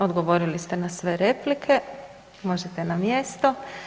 Odgovorili ste na sve replike, možete na mjesto.